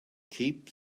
keep